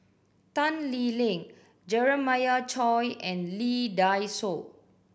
Tan Lee Leng Jeremiah Choy and Lee Dai Soh